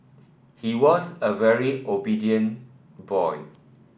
he was a very obedient boy